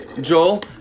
Joel